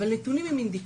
אבל נתונים הם אינדיקציה.